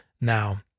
now